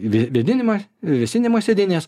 vė vėdinimą vėsinimą sėdynės